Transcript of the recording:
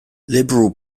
liberal